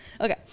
Okay